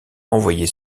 envoyé